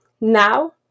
now